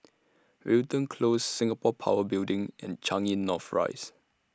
Wilton Close Singapore Power Building and Changi North Rise